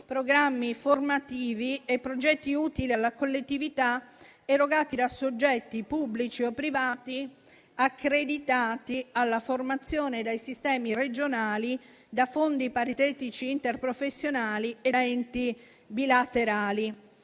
programmi formativi e progetti utili alla collettività erogati da soggetti pubblici o privati accreditati alla formazione dai sistemi regionali da fondi paritetici interprofessionali e da enti bilaterali.